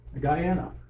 Guyana